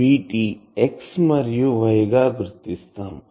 కాబట్టి వీటి X మరియు Y గా గుర్తిస్తాం